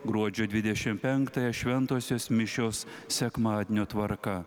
gruodžio dvidešim penktąją šventosios mišios sekmadienio tvarka